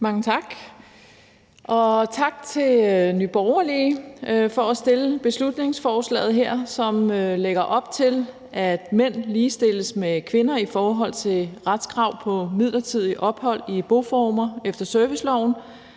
Mange tak. Og tak til Nye Borgerlige for at fremsætte beslutningsforslaget her, som lægger op til, at mænd ligestilles med kvinder i forhold til retskrav på midlertidigt ophold i boformer efter serviceloven,